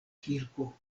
kirko